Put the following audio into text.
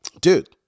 Dude